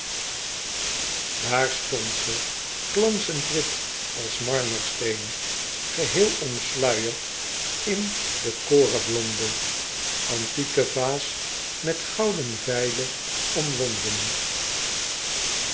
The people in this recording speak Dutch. daar stond ze glanzend wit als marmersteen geheel omsluyerd in den korenblonde antieke vaas met gouden veile omwonden